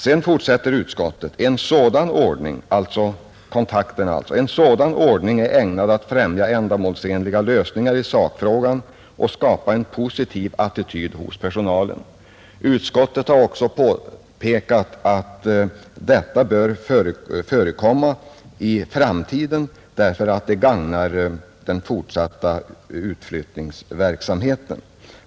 Sedan fortsatte utskottet: ”En sådan ordning är ägnad att främja ändamålsenliga lösningar i sakfrågan och skapa en positiv attityd hos personalen.” Utskottet har också påpekat att detta bör förekomma i framtiden därför att det gagnar den fortsatta utflyttningsverksamheten.